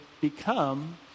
become